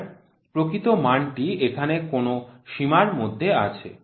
আর প্রকৃত মানটি এখানে কোন সীমার মধ্যে আছে